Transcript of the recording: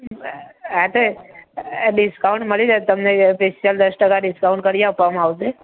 હા તે અ ડીસકાઉન્ટ મળી જાય તમને પેસ્યલ દસ ટકા ડીસકાઉન્ટ કરી આપવામાં આવશે